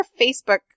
facebook